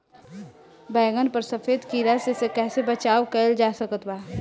बैगन पर सफेद कीड़ा से कैसे बचाव कैल जा सकत बा?